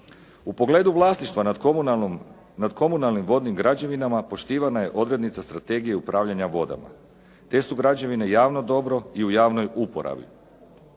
U pogledu vlasništva nad komunalnim vodnim građevinama poštivana je odrednica Strategije upravljanja vodama, te su građevine javno dobro i u javnoj uporabi.